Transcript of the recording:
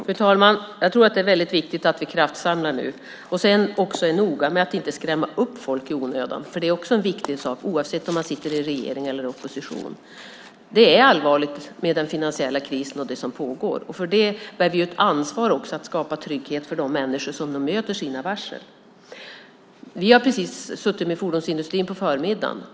Fru talman! Jag tror att det är väldigt viktigt att vi kraftsamlar nu och också är noga med att inte skrämma upp folk i onödan. Det är också viktigt, oavsett om man sitter i regering eller i opposition. Det är allvarligt med den finansiella krisen och det som pågår. Vi har därför ett ansvar att skapa trygghet för de människor som drabbas av varsel. Vi har suttit med fordonsindustrin på förmiddagen.